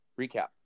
recap